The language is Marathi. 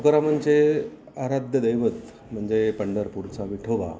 तुकारामांचे आराध्य दैवत म्हणजे पंढरपूरचा विठोबा